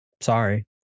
Sorry